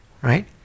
right